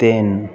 ਤਿੰਨ